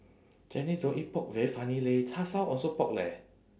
chinese don't eat pork very funny leh char shao also pork leh